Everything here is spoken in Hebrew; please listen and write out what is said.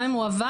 גם אם הוא עבר,